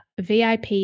VIP